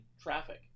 traffic